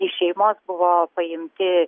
iš šeimos buvo paimti